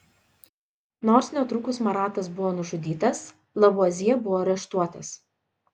nors netrukus maratas buvo nužudytas lavuazjė buvo areštuotas